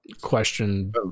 question